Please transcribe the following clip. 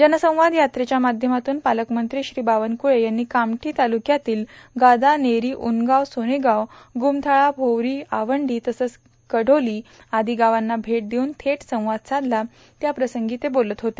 जनसंवाद यात्रेच्या माध्यमातून पालकमंत्री श्री बावनकुळे यांनी कामठी तालुक्यातील गादा नेरी उनगांव सोनेगांव गुमथळा भोवरी आवंढी तसंच कढोली आदी गावांना भेट देऊन थेट संवाद साधला त्याप्रसंगी ते बोलत होते